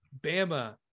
Bama